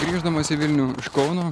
grįždamas į vilnių kauną